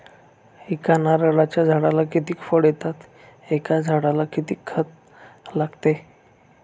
एका नारळाच्या झाडाला किती फळ येतात? एका झाडाला किती खत लागते?